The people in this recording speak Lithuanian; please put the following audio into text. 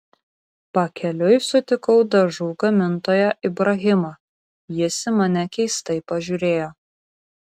pakeliui sutikau dažų gamintoją ibrahimą jis į mane keistai pažiūrėjo